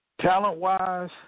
talent-wise